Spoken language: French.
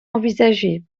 envisagée